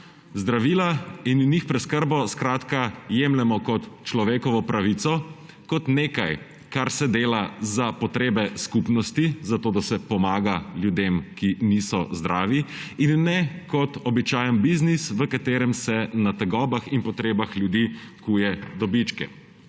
Zdravila in njih preskrbo jemljemo kot človekovo pravico, kot nekaj, kar se dela za potrebe skupnosti, zato da se pomaga ljudem, ki niso zdravi, in ne kot običajen biznis, v katerem se na tegobah in potrebah ljudi kujejo dobički.